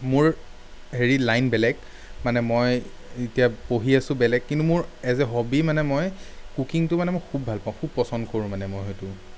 মোৰ হেৰি লাইন বেলেগ মানে মই এতিয়া পঢ়ি আছোঁ বেলেগ কিন্তু মোৰ এজ এ হ'বি মানে মই কুকিংটো মানে মই খুব ভাল পাওঁ খুব পচন্দ কৰোঁ মানে মই সেইটো